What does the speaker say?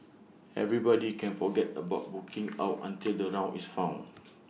everybody can forget about booking out until the round is found